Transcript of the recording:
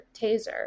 taser